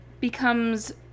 becomes